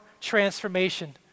transformation